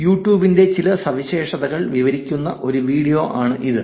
YouTube ന്റെ ചില സവിശേഷതകൾ വിവരിക്കുന്ന ഒരു വീഡിയോ ആണ് ഇത്